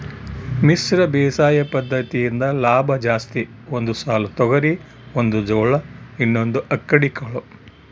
ಮಿಶ್ರ ಬೇಸಾಯ ಪದ್ದತಿಯಿಂದ ಲಾಭ ಜಾಸ್ತಿ ಒಂದು ಸಾಲು ತೊಗರಿ ಒಂದು ಜೋಳ ಇನ್ನೊಂದು ಅಕ್ಕಡಿ ಕಾಳು